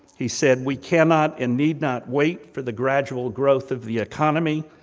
he said, we cannot, and need not wait for the gradual growth of the economy,